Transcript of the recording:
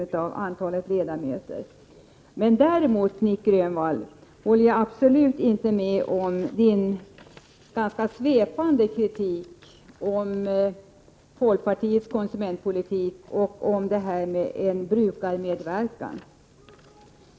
Däremot håller jag absolut inte med Nic Grönvall när det gäller hans ganska svepande kritik av folkpartiets konsumentpolitik och av brukarmedverkan.